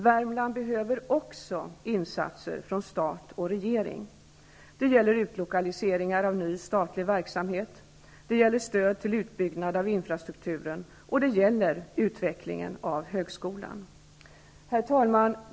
Värmland behöver också insatser från stat och regering. Det gäller utlokaliseringar av ny statlig verksamhet. Det gäller stöd till utbyggnad av infrastrukturen och utveckling av högskolan. Herr talman!